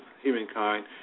humankind